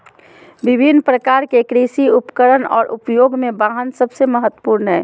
विभिन्न प्रकार के कृषि उपकरण और उपयोग में वाहन सबसे महत्वपूर्ण हइ